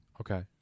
Okay